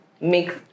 make